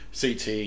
CT